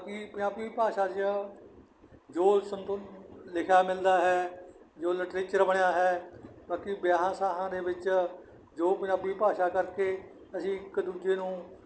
ਬਾਕੀ ਪੰਜਾਬੀ ਭਾਸ਼ਾ 'ਚ ਜੋ ਲਿਖਿਆ ਮਿਲਦਾ ਹੈ ਜੋ ਲਿਟਰੇਚਰ ਬਣਿਆ ਹੈ ਬਾਕੀ ਵਿਆਹਾਂ ਸਾਹਾਂ ਦੇ ਵਿੱਚ ਜੋ ਪੰਜਾਬੀ ਭਾਸ਼ਾ ਕਰਕੇ ਅਸੀਂ ਇੱਕ ਦੂਜੇ ਨੂੰ